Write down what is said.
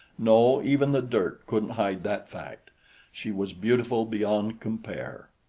no, even the dirt couldn't hide that fact she was beautiful beyond compare.